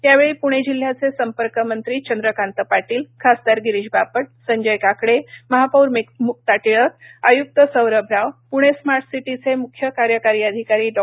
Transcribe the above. यावेळी पुणे जिल्ह्याचे संपर्कमंत्री चंद्रकांत पाटील खासदार गिरीश बापट संजय काकडे महापौर मुक्ता टिळक आयुक्त सौरभ राव पुणे स्मार्ट सिटीचे मुख्य कार्यकारी अधिकारी डॉ